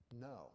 no